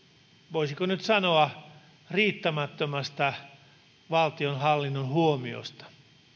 voisiko nyt sanoa riittämättömästä valtionhallinnon huomiosta